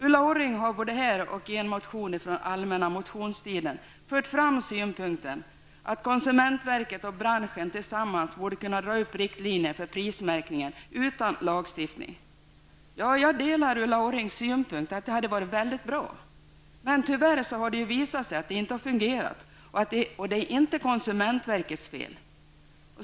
Ulla Orring har både här och i en motion från den allmänna motionstiden fört fram synpunkten att konsumentverket och branschen tillsammans borde kunna dra upp riktlinjer för prismärkningen utan lagstiftning. Jag delar Ulla Orrings synpunkt att det hade varit mycket bra. Tyvärr har det dock visat sig inte fungera, och det är inte konsumentverkets fel.